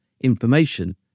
information